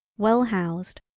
well housed,